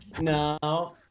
no